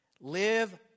Live